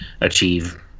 achieve